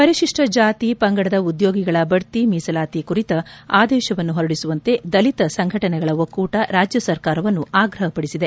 ಪರಿತಿಷ್ಲ ಜಾತಿ ಪಂಗಡದ ಉದ್ಯೋಗಿಗಳ ಬಡ್ತಿ ಮೀಸಲಾತಿ ಕುರಿತ ಆದೇಶವನ್ನು ಹೊರಡಿಸುವಂತೆ ದಲಿತ ಸಂಘಟನೆಗಳ ಒಕ್ಕೂಟ ರಾಜ್ಯ ಸರ್ಕಾರವನ್ನು ಆಗ್ರಹ ಪಡಿಸಿದೆ